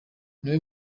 niwe